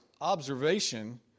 observation